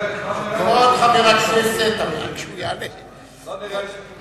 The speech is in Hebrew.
כבוד חבר הכנסת אמנון